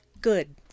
good